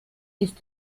ist